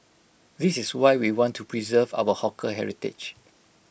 this is why we want to preserve our hawker heritage